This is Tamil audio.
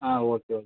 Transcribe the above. ah okay okay